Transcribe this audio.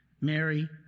Mary